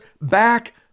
back